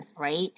Right